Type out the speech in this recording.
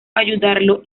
ayudarlo